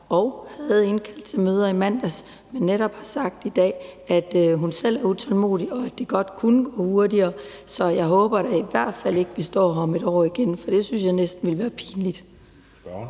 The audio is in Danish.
havde indkaldt til møder i mandags, og at hun i dag netop også har sagt, at hun selv er utålmodig, og at det godt kunne gå hurtigere. Så jeg håber da i hvert fald ikke, at vi står her igen om et år. For det synes jeg næsten ville være pinligt.